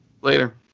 Later